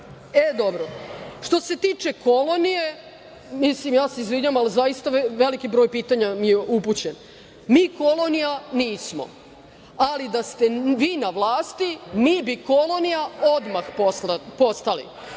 vidimo. Što se tiče kolonije… Ja se izvinjavam, ali zaista veliki broj pitanja mi je upućen. Mi kolonija nismo, ali da ste vi na vlasti, mi bi kolonija odmah postali